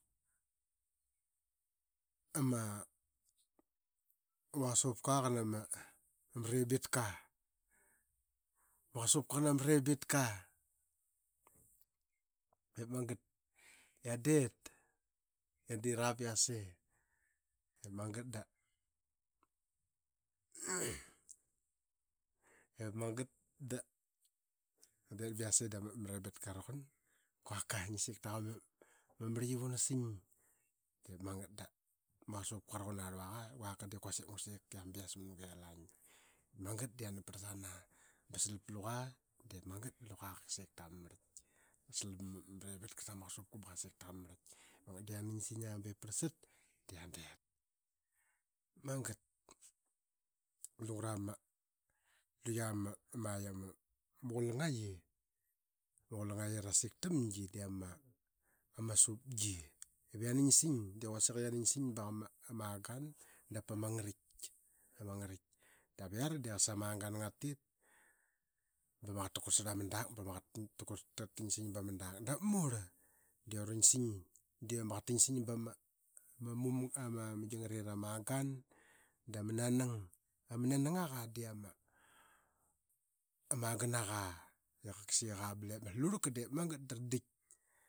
Ama qaqsupka qana ma rebitka. Magat da qian dit qi an dra ba yase ip magat da ip magat d aqian dit ba yase da ma rebitka qa ruqan, quaka ngi sik taqa ta marlitki una sing. Diip magat da ma aqasupka qarukun arluaqa, quaka diip quasik magat ip ngu sing i ama bias pa guelang. Magat da yana parlsana ba slap luqa. Diip magat da luqa qaksik tama marlik. Slap ama rebitka sama qasupka ba qa sik tama marlit. Yian sing aa bep parlsat da qian det. Ip magat da lungra, luqa ma ma qulangqi i ra sik tamgi de ama asupgi. Dap yanansing de kausik ai yianasing pa ma agan dao oa ma ngarik. Dap iara de sama angan nga tit bama qaqat ta kugarl ama dak bama qaqat tansing. Pa ma dal dap murl dvransing de ama qaqat tansing ba ma mamga. Ama gi ngariara ma agan dama ananang. Ama nanagn awa di ama aganaqa i qaksik ip magat dara ditk.